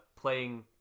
playing